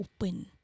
open